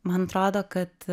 man atrodo kad